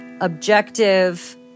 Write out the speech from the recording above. objective